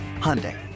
Hyundai